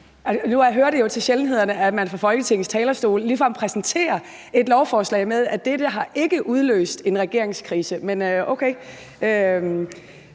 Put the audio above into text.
det jo til sjældenhederne, at man fra Folketingets talerstol ligefrem præsenterer et lovforslag med, at dette ikke har udløst en regeringskrise. Men okay,